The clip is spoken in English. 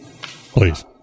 please